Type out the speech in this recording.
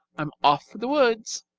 i'm off for the woods.